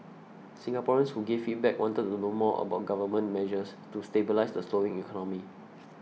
Singaporeans who gave feedback wanted to know more about government measures to stabilise the slowing economy